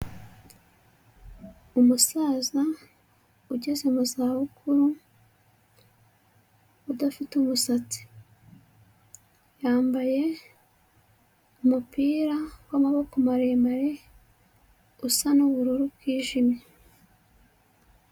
Umusaza ugeze mu za bukuru udafite umusatsi, yambaye umupira w'amaboko maremare usa nuubururu bwijimye.